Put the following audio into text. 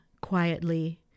quietly